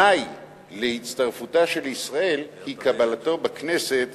תנאי להצטרפות של ישראל היא קבלתו בכנסת